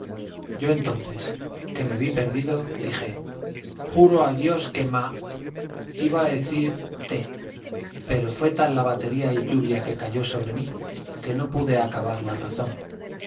yo entonces que me vi perdido dije juro a dios que ma iba a decir te pero fue tal la batería y lluvia que cayó sobre mí que no pude acabar la razón